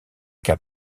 cas